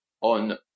on